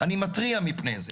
אני מתריע מפני זה.